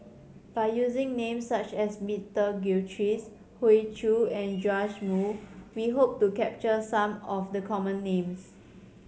by using names such as Peter Gilchrist Hoey Choo and Joash Moo we hope to capture some of the common names